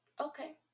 Okay